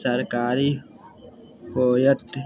सरकारी होयत